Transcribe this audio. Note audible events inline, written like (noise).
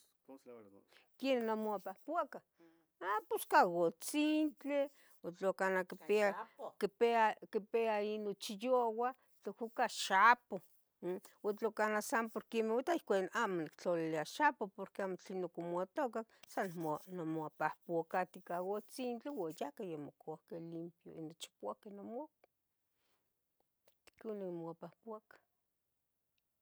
(noise) ¿Quenih nimouapahpacah? ha, ps ca gutzintli ua tlana (noise) quipia ino chiyua tlahco ica xapoh, uhm, ua tlana sanpor, quemeh ihquiu amo nictlalilia xapoh porque amo tlen onoconmatocac san, nimoa, nimoapahpatica ica utzintli ua yacah yomocauque limpio yochipuaqueh nomaua, ihcon nimomuapahpaca.